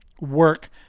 work